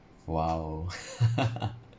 !wow!